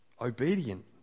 obedient